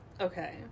okay